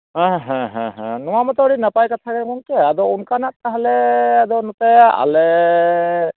ᱦᱮᱸ ᱦᱮᱸ ᱦᱮᱸ ᱱᱚᱣᱟ ᱢᱟᱛᱚ ᱟᱹᱰᱤ ᱱᱟᱯᱟᱭ ᱠᱟᱛᱷᱟ ᱜᱮ ᱜᱚᱝᱠᱮ ᱟᱫᱚ ᱚᱱᱠᱟᱱᱟᱜ ᱛᱟᱦᱚᱞᱮ ᱟᱫᱚ ᱱᱚᱛᱮ ᱟᱞᱮ